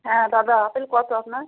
হ্যাঁ দাদা আপেল কত আপনার